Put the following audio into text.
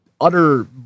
Utter